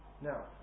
Now